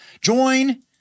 join